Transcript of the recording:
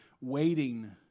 waiting